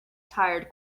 tired